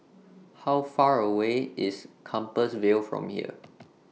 How Far away IS Compassvale from here